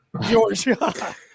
Georgia